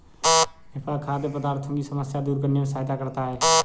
निफा खाद्य पदार्थों की समस्या दूर करने में सहायता करता है